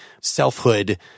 selfhood